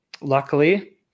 luckily